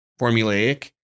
formulaic